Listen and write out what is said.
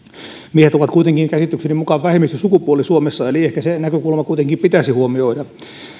miehet ovat kuitenkin käsitykseni mukaan vähemmistösukupuoli suomessa eli se näkökulma kuitenkin pitäisi huomioida